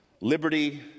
liberty